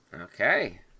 Okay